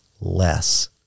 less